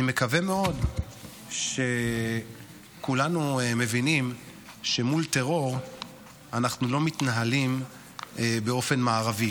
אני מקווה מאוד שכולנו מבינים שמול טרור אנחנו לא מתנהלים באופן מערבי